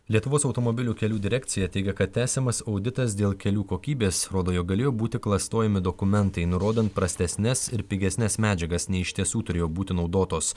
lietuvos automobilių kelių direkcija teigia kad tęsiamas auditas dėl kelių kokybės rodo jog galėjo būti klastojami dokumentai nurodant prastesnes ir pigesnes medžiagas nei iš tiesų turėjo būti naudotos